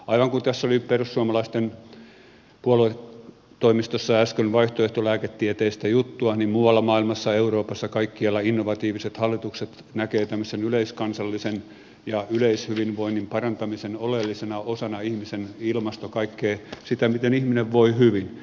aivan kuten tässä oli perussuomalaisten puoluetoimistossa äsken vaihtoehtolääketieteestä juttua niin muualla maailmassa euroopassa kaikkialla innovatiiviset hallitukset näkevät tämmöisen yleiskansallisen ja yleishyvinvoinnin parantamisen oleellisena osana ihmisen ilmastoa kaikkea sitä miten ihminen voi hyvin